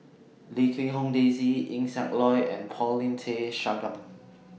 Lim Quee Hong Daisy Eng Siak Loy and Paulin Tay Straughan